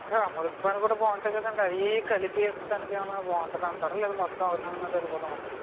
అమృతపాణి కూడా బాగుంటాయి కదండి అవి ఇవి కలిపి ఇస్తానికేమన్నా బాగుంటుందంటారా లేతే మొత్తం ఒక దాని మీదే వెళ్ళిపోదామంటారా